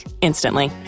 instantly